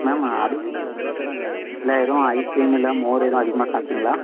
ma'am அது இல்லை எதுவும் ஐஸ்க்ரீம் இல்லை மோர் எதுவும் அதிகமாக சாப்பிட்டீங்களா